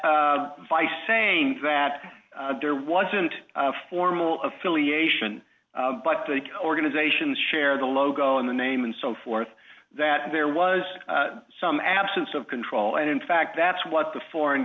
by saying that there wasn't a formal affiliation but the organizations share the logo and the name and so forth that there was some absence of control and in fact that's what the foreign